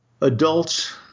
adults